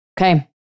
Okay